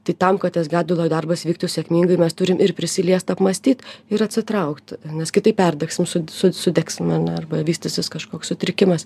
tai tam kad tas gedulo darbas vyktų sėkmingai mes turim ir prisiliest apmąstyt ir atsitraukti nes kitaip perdegs mūsų su sudegsime arba vystysis kažkoks sutrikimas